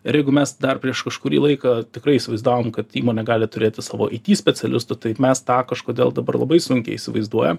ir jeigu mes dar prieš kurį laiką tikrai įsivaizdavom kad įmonė gali turėti savo it specialistų taip mes tą kažkodėl dabar labai sunkiai įsivaizduoja